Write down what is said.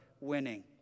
winning